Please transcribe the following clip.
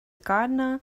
gardener